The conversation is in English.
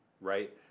right